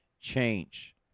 change